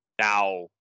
Now